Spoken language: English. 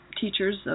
teachers